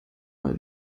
mal